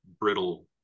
brittle